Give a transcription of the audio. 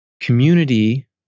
community